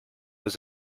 was